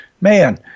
man